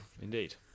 Indeed